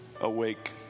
awake